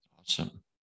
Awesome